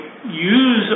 use